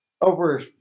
over